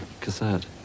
cassette